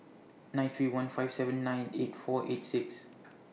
nine three one five seven nine eight four eight six